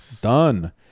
Done